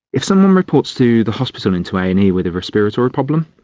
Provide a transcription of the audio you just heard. if someone reports to the hospital, into a and e with a respiratory problem,